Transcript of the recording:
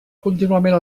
contínuament